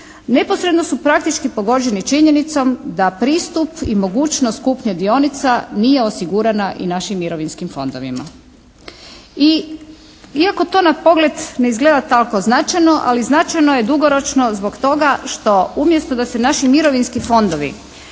Neposredno su praktički pogođeni činjenicom da pristup i mogućnost kupnje dionica nije osigurana i našim mirovinskim fondovima. I iako to na pogled ne izgleda tako značajno ali značajno je dugoročno zbog toga što umjesto da se naši mirovinski fondovi